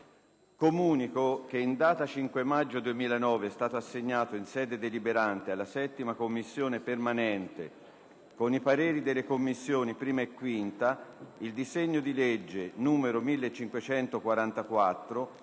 Comunico che in data 5 maggio 2009 è stato assegnato in sede deliberante alla 7a Commissione permanente, con i pareri delle Commissioni 1a e 5a, il disegno di legge n. 1544,